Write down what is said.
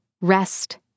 rest